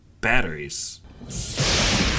Batteries